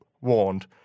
warned